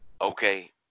Okay